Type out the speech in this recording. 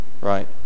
Right